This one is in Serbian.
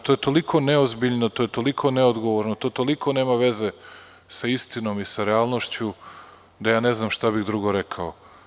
To je toliko neozbiljno, to je toliko neodgovorno, to toliko nema veze sa istinom i sa realnošću da ne znam šta bih drugo rekao.